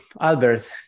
Albert